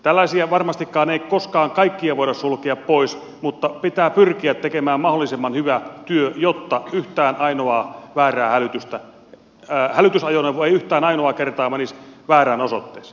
tällaisia varmastikaan ei koskaan kaikkia voida sulkea pois mutta pitää pyrkiä tekemään mahdollisimman hyvä työ jotta hälytysajoneuvo ei yhtään ainoaa kertaa menisi väärään osoitteeseen